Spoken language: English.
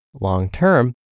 long-term